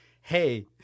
hey